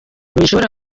bishobora